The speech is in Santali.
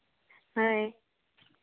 ᱦᱳᱭ